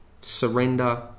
surrender